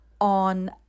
on